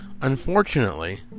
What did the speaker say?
Unfortunately